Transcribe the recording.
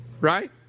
Right